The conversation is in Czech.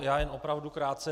Já jen opravdu krátce.